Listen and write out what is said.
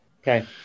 Okay